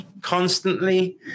constantly